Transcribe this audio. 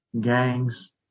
gangs